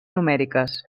numèriques